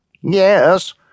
Yes